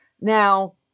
Now